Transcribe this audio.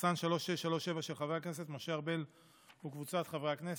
של חבר הכנסת משה ארבל וקבוצת חברי הכנסת.